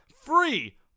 free